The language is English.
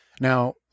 Now